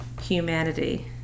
humanity